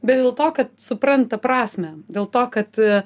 bet dėl to kad supranta prasmę dėl to kad